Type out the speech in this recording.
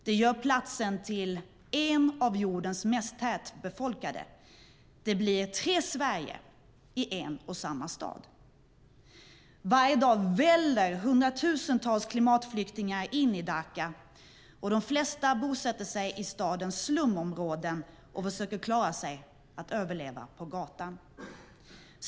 Det gör platsen till en av jordens mest tätbefolkade. Det blir tre Sverige i en och samma stad. Varje dag väller hundratusentals klimatflyktingar in i Dhaka. De flesta bosätter sig i stadens slumområden och försöker klara att överleva på gatan.